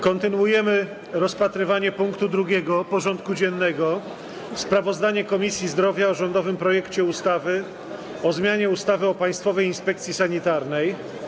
Kontynuujemy rozpatrywanie punktu 2. porządku dziennego: Sprawozdanie Komisji Zdrowia o rządowym projekcie ustawy o zmianie ustawy o Państwowej Inspekcji Sanitarnej.